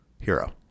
Hero